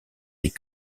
des